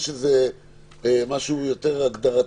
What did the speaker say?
יש משהו יותר הגדרתי,